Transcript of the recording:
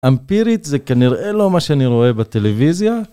אמפירית זה כנראה לא מה שאני רואה בטלוויזיה